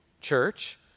church